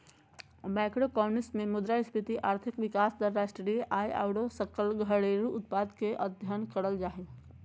macroeconomics मे मुद्रास्फीति, आर्थिक विकास दर, राष्ट्रीय आय आरो सकल घरेलू उत्पाद के अध्ययन करल जा हय